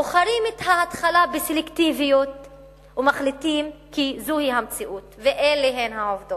בוחרים את ההתחלה בסלקטיביות ומחליטים כי זו המציאות ואלה הן העובדות.